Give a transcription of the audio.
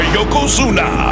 Yokozuna